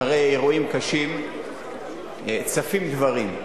אחרי אירועים קשים, צפים דברים.